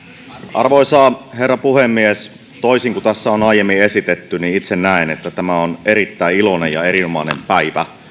arvoisa herra puhemies toisin kuin tässä on aiemmin esitetty itse näen että tämä on erittäin iloinen ja erinomainen päivä